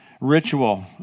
Ritual